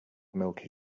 milky